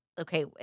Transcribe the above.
okay